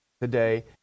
today